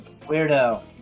weirdo